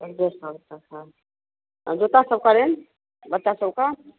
तक है जूता सबका रेन्ज बच्चा सब का